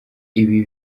ibi